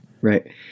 Right